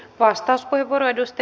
arvoisa puhemies